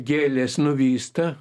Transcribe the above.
gėlės nuvysta